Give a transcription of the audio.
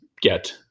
get